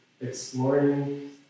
exploring